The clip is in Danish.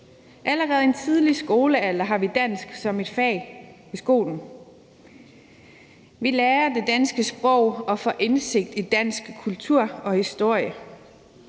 Allerede i en tidlig skolealder har vi dansk som et fag i skolen. Vi lærer det danske sprog og får indsigt i dansk kultur og historie.